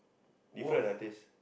different ah taste